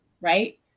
right